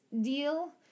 deal